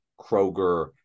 kroger